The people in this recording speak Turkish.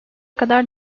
kadar